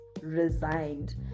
resigned